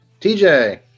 TJ